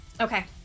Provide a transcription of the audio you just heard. Okay